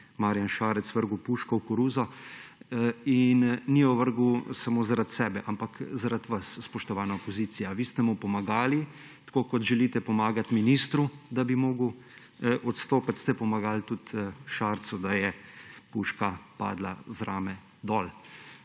Marjan Šarec vrgel puško v koruzo. Ni je vrgel samo zaradi sebe, ampak zaradi vas, spoštovana opozicija, vi ste mu pomagali. Tako kot želite pomagati ministru, da bi moral odstopiti, ste pomagali tudi Šarcu, da je puška padla z rame.